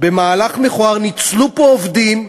במהלך מכוער ניצלו פה עובדים.